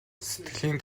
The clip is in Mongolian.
сэтгэлийн